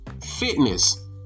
Fitness